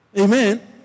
amen